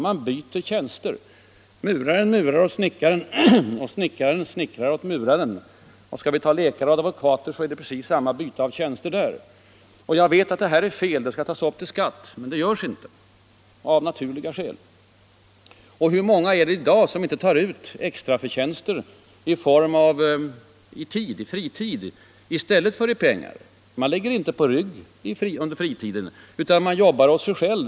Man byter tjänster: muraren murar åt snickaren och snickaren snickrar åt muraren. Tar vi läkare och advokater som exempel förekommer samma byte av tjänster där. Jag vet att detta är fel, att sådant skall tas upp till beskattning, men det görs inte av naturliga skäl. Och hur många är det inte i dag som tar ut ersättning i form av fritid i stället för i pengar? Man ligger inte på rygg under fritiden utan man jobbar åt sig själv.